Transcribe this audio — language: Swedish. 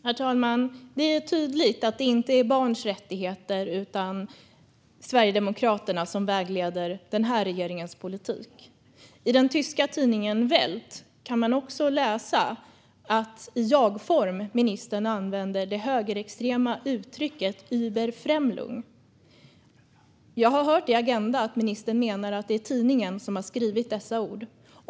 Herr talman! Det är tydligt att det inte är barns rättigheter utan Sverigedemokraterna som vägleder den här regeringens politik. I den tyska tidningen Welt kan man också läsa att ministern i jagform använder det högerextrema uttrycket Überfremdung. Jag har hört i Agenda att ministern menar att det är tidningen som har skrivit dessa ord.